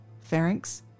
pharynx